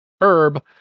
herb